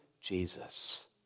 Jesus